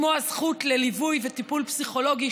כמו הזכות לליווי וטיפול פסיכולוגי,